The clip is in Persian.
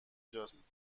جاست